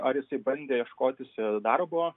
ar jis bandė ieškotis darbo